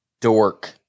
dork